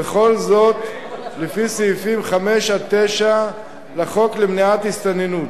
וכל זאת לפי סעיפים 5 9 לחוק למניעת הסתננות.